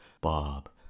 bob